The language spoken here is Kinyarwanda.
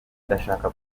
ndashaka